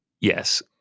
Yes